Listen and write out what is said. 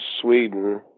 Sweden